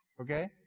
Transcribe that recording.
Okay